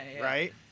right